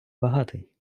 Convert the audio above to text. багатий